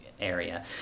area